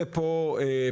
עד כה אישרנו את הרוב,